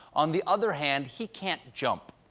on the other hand, he can't jump.